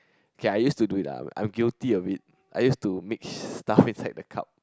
okay I used to do it lah I'm guilty of it I used to mix stuff inside the cup